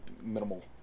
minimal